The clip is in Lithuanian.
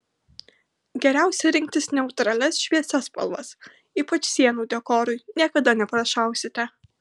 geriausia rinktis neutralias šviesias spalvas ypač sienų dekorui niekada neprašausite